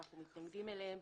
שאנחנו מתנגדים אליהם,